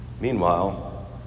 Meanwhile